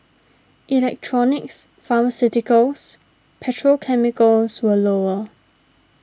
electronics pharmaceuticals petrochemicals were lower